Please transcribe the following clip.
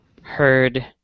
heard